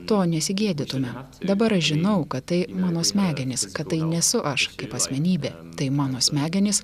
to nesigėdytume dabar aš žinau kad tai mano smegenys kad tai nesu aš kaip asmenybė tai mano smegenys